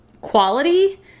quality